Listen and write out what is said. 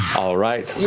all right,